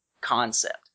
concept